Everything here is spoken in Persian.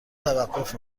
توقف